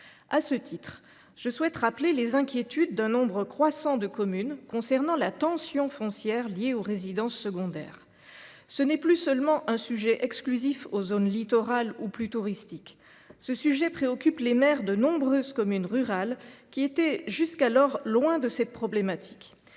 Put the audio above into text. À ce titre, je souhaite rappeler les inquiétudes d’un nombre croissant de communes concernant la tension foncière liée aux résidences secondaires. Ce sujet n’est plus seulement réservé aux zones littorales ou aux zones les plus touristiques. Cela préoccupe les maires de nombreuses communes rurales, qui étaient jusqu’alors bien loin de cette problématique.